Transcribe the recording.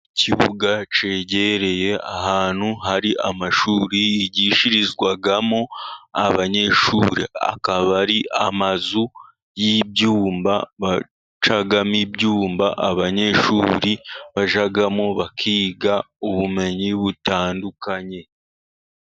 Ikibuga cyegereye ahantu hari amashuri yigishirizwamo abanyeshuri, akaba ari amazu y'ibyumba bacamo ibyumba, abanyeshuri bajyamo bakiga ubumenyi butandukanye.